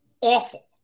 awful